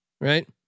Right